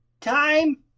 time